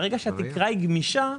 ברגע שהתקרה גמישה,